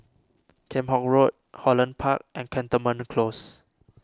Kheam Hock Road Holland Park and Cantonment Close